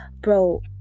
bro